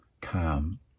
calm